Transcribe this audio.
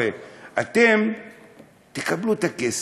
הרי אתם תקבלו את הכסף,